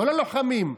לא ללוחמים,